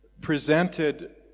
presented